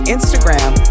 Instagram